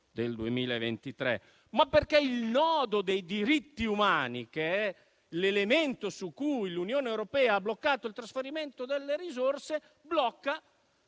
del 2023), ma perché il nodo dei diritti umani, che è l'elemento su cui l'Unione europea ha bloccato il trasferimento delle risorse, blocca